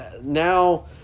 now